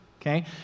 okay